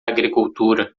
agricultura